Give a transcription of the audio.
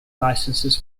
licenses